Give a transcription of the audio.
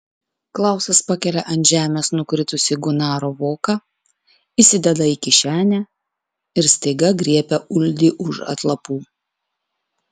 klausas pakelia ant žemės nukritusį gunaro voką įsideda į kišenę ir staiga griebia uldį už atlapų